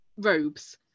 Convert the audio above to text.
robes